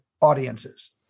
audiences